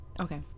Okay